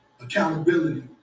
accountability